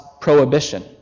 prohibition